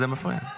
זה מפריע.